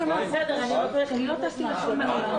אני לא רואה אתכם מגישים הסתייגות.